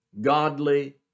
godly